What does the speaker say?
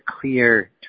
clear